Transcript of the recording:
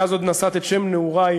ואז עוד נשאת את שם נעורייך,